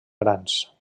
grans